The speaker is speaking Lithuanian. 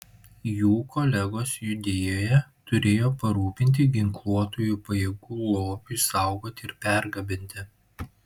jų kolegos judėjoje turėjo parūpinti ginkluotųjų pajėgų lobiui saugoti ir pergabenti